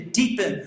deepen